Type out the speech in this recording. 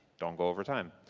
don't go over time.